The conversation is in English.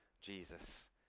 Jesus